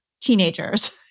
teenagers